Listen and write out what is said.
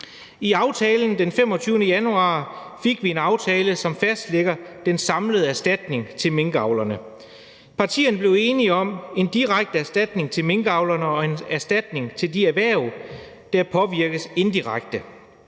aftalen af den 25. januar fik vi en aftale, som fastlægger den samlede erstatning til minkavlerne. Partierne blev enige om en direkte erstatning til minkavlerne og en erstatning til de erhverv, der påvirkes indirekte